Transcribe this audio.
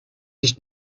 nicht